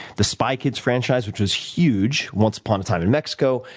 the spy kids franchise, which was huge, once upon a time in mexico,